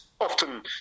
often